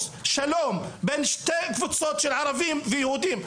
שלום בין שתי קבוצות של ערבים ויהודים,